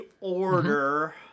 order